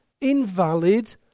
invalid